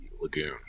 lagoon